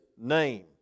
name